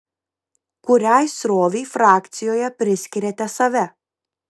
kuriai srovei frakcijoje priskiriate save